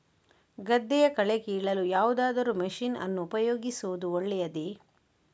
ಗದ್ದೆಯ ಕಳೆ ಕೀಳಲು ಯಾವುದಾದರೂ ಮಷೀನ್ ಅನ್ನು ಉಪಯೋಗಿಸುವುದು ಒಳ್ಳೆಯದೇ?